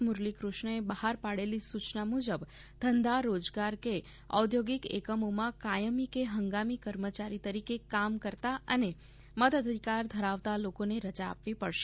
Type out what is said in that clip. મુરલી કૃષ્ણએ બહાર પાડેલી સૂચના મુજબ ધંધા રોજગાર કે ઔધ્યોગિક એકમોમાં કાથમી કે હંગામી કર્મચારી તરીકે કામ કરતાં અને મતાધિકાર ધરાવતા લોકોને રજા આપવી પડશે